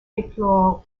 déplore